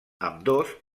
ambdós